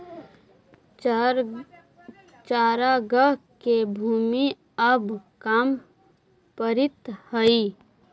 चरागाह के भूमि अब कम पड़ीत हइ